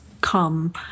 come